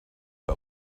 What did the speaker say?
but